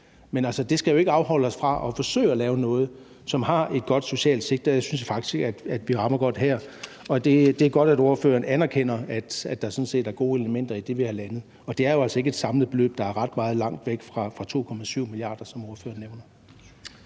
Men det skal jo ikke afholde os fra at forsøge at lave noget, som har et godt socialt sigte. Og det synes jeg faktisk at vi rammer godt her. Og det er godt, at ordføreren anerkender, at der sådan set er gode elementer i det, vi har landet. Og det er jo altså ikke et samlet beløb, der er ret langt væk fra de 2,7 mia. kr., som ordføreren nævner.